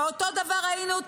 ואותו דבר ראינו,